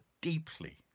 deeply